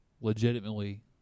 legitimately